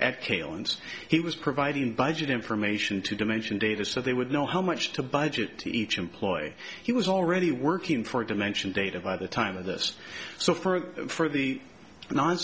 at kalends he was providing budget information to dimension data so they would know how much to budget to each employee he was already working for dimension data by the time of this so for for the non